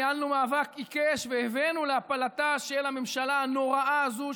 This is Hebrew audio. ניהלנו מאבק עיקש והבאנו להפלתה של הממשלה הנוראה הזו,